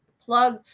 plug